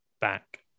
back